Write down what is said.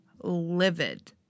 livid